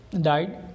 died